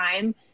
time